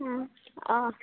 অঁ